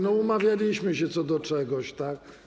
No, umawialiśmy się co do czegoś, tak?